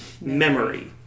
memory